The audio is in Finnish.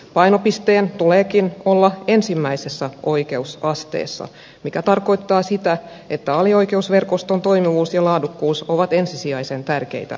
painopisteen tuleekin olla ensimmäisessä oikeusasteessa mikä tarkoittaa sitä että alioikeusverkoston toimivuus ja laadukkuus ovat ensisijaisen tärkeitä asioita